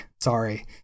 Sorry